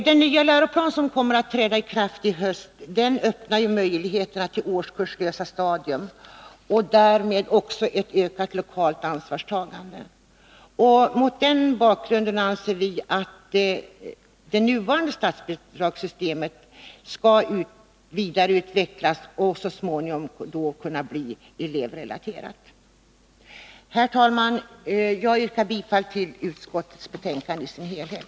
Den nya läroplan som kommer att träda i kraft i höst öppnar ju möjligheter till årskurslösa stadier och därmed också ökat lokalt ansvarstagande. Mot den bakgrunden anser vi att det nuvarande statsbi 69 dragssystemet skall vidareutvecklas och så småningom kunna bli elevrelaterat. Herr talman! Jag yrkar bifall till utskottets hemställan i dess helhet.